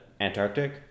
Antarctic